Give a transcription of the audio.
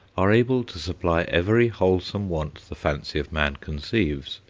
are able to supply every wholesome want the fancy of man conceives,